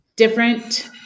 Different